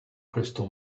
crystal